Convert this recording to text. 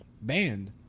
banned